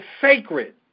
sacred